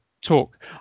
talk